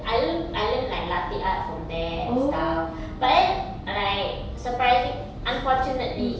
I learn I learnt like latte art from there and stuff but then like surprising unfortunately